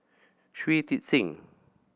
Shui Tit Sing